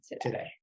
today